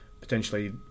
potentially